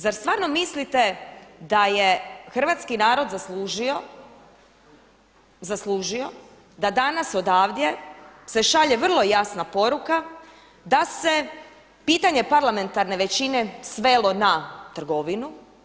Zar stvarno mislite da je hrvatski narod zaslužio da danas odavde se šalje vrlo jasna poruka da se pitanje parlamentarne većine svelo na trgovinu.